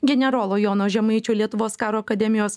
generolo jono žemaičio lietuvos karo akademijos